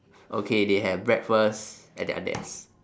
okay they have breakfast at their desk